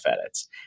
edits